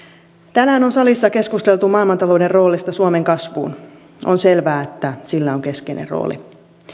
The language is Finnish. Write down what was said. tänään on salissa keskusteltu maailmantalouden roolista suomen kasvuun on selvää että sillä on keskeinen rooli